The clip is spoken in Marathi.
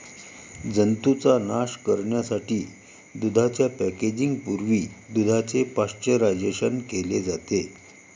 जंतूंचा नाश करण्यासाठी दुधाच्या पॅकेजिंग पूर्वी दुधाचे पाश्चरायझेशन केले जाते